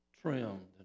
trimmed